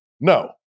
no